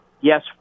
yes